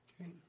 Okay